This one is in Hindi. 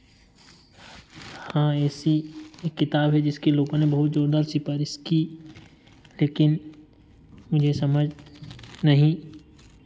हाँ ऐसी एक किताब है जिसकी लोगों ने बहुत जोरदार सिफ़ारिश की लेकिन मुझे समझ नहीं